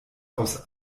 aus